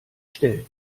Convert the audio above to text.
stellen